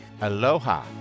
Aloha